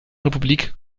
republik